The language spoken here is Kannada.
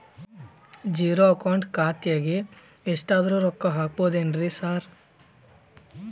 ಝೇರೋ ಅಕೌಂಟ್ ಖಾತ್ಯಾಗ ಎಷ್ಟಾದ್ರೂ ರೊಕ್ಕ ಹಾಕ್ಬೋದೇನ್ರಿ ಸಾರ್?